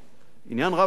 עניין רב מצאתי